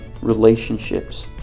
relationships